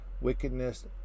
wickedness